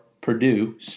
Purdue